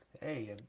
hey